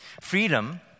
Freedom